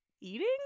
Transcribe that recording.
eating